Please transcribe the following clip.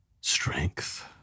Strength